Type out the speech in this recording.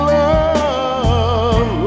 love